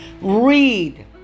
Read